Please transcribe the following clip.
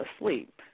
asleep